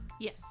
Yes